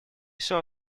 saw